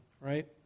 right